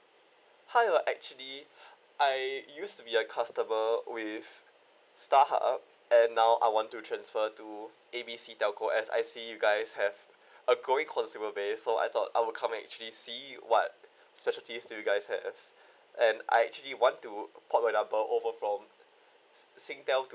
hi actually I used to be a customer with Starhub and now I want to transfer to A B C telco as I see you guys have a growing consumer base so I thought I will come actually see what specialties do you guys have and I actually want to port my number over from Singtel to